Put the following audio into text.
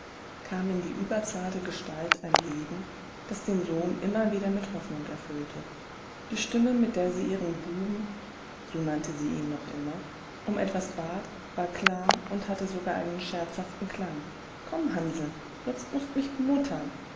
kam in die überzarte gestalt ein leben das den sohn immer wieder mit hoffnung erfüllte die stimme mit der sie ihren buben so nannte sie ihn noch immer um etwas bat war klar und hatte sogar einen scherzhaften klang komm hansl jetzt mußt mich bemuttern